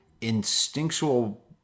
Instinctual